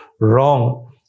wrong